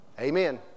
Amen